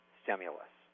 stimulus